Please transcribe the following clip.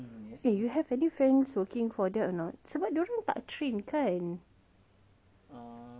eh you have any friends working for that or not sebab dia orang tak train kan